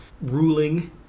ruling